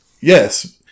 Yes